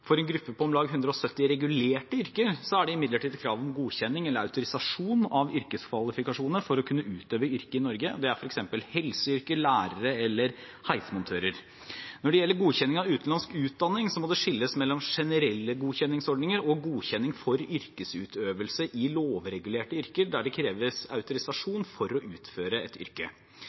for å få tillatelse til å jobbe. For en gruppe på om lag 170 regulerte yrker er det imidlertid krav om godkjenning eller autorisasjon av yrkeskvalifikasjoner for å kunne utøve yrket i Norge. Dette gjelder f.eks. helseyrker, lærere og heismontører. Når det gjelder godkjenning av utenlandsk utdanning, må det skilles mellom generelle godkjenningsordninger og godkjenning for yrkesutøvelse i lovregulerte yrker, der det kreves autorisasjon for å utføre et yrke.